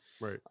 Right